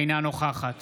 אינה נוכחת